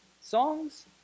songs